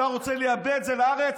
אתה רוצה לייבא את זה לארץ?